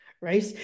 right